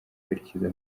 kwerekeza